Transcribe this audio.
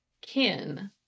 kin